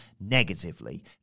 negatively